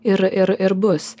ir ir ir bus